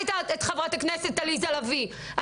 הייתה את חברת הכנסת עליזה לביא,